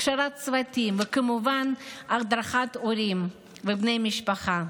הכשרת צוותים וכמובן הדרכת הורים ובני משפחה.